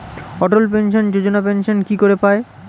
অটল pension Yojana pension কি করে পায়?